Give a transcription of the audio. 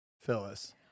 Phyllis